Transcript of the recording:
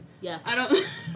Yes